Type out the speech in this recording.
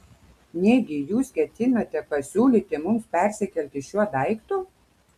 negi jūs ketinate pasiūlyti mums persikelti šiuo daiktu